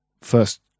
first